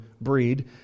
breed